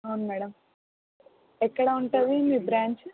అవును మేడం ఎక్కడ ఉంటుంది మీ బ్రాంచ్